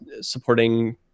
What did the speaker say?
supporting